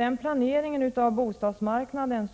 I planeringen av bostadsmarknaden